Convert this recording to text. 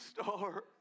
star